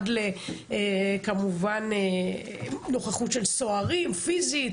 גם נוכחות של סוהרים פיזית